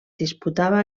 disputava